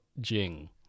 Jing